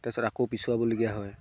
তাৰপিছত আকৌ পিছুৱাবলগীয়া হয়